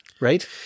right